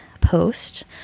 post